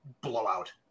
blowout